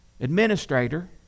administrator